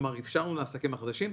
כלומר, אפשרנו לעסקים החדשים.